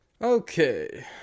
Okay